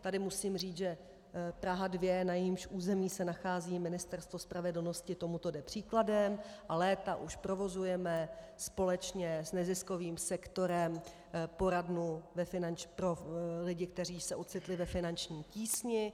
Tady musím říct, že Praha 2, na jejímž území se nachází Ministerstvo spravedlnosti, tomuto jde příkladem a léta už provozujeme společně s neziskovým sektorem poradnu pro lidi, kteří se ocitli ve finanční síti.